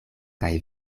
kaj